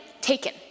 taken